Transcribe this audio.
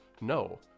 no